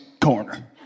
Corner